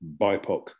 BIPOC